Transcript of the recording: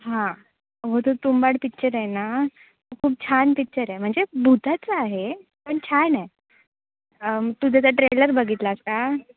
हां हो तो तुंबाड पिक्चर आहे ना तो खूप छान पिक्चर आहे म्हणजे भूताचा आहे पण छान आहे तू त्याचा ट्रेलर बघितलास का